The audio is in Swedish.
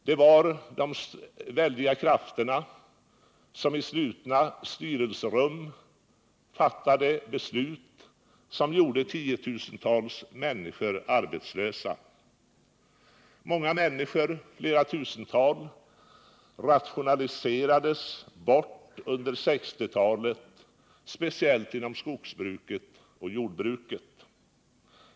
Det var de starka krafter som i slutna styrelserum fattade beslut som gjorde tiotusentals människor arbetslösa. Många människor, flera tusental, rationaliserades bort under 1960-talet, speciellt inom skogsbruket och jordbruket.